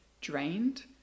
drained